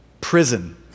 prison